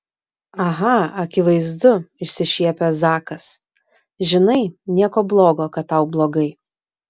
aha akivaizdu išsišiepia zakas žinai nieko blogo kad tau blogai